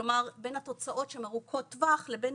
כלומר בין התוצאות שהן ארוכות טווח לבין